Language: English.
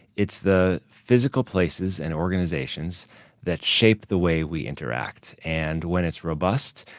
it's the physical places and organizations that shape the way we interact. and when it's robust,